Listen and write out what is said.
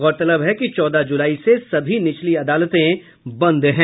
गौरतलब है कि चौदह जुलाई से सभी निचली अदालतें बंद है